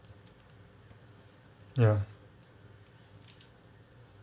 ya